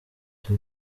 ati